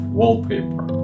wallpaper